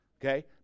Okay